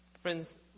Friends